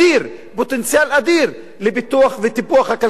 פוטנציאל אדיר לטיפול ופיתוח הכלכלה הישראלית,